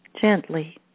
gently